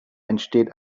entsteht